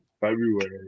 February